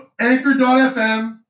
anchor.fm